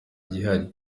gihari